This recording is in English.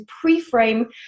pre-frame